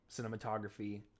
cinematography